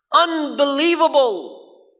unbelievable